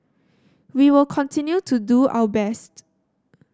we will continue to do our best